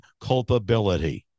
culpability